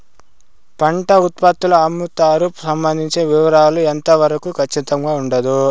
పంట ఉత్పత్తుల అమ్ముతారు సంబంధించిన వివరాలు ఎంత వరకు ఖచ్చితంగా ఉండదు?